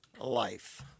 life